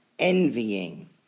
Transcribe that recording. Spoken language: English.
envying